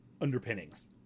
underpinnings